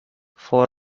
for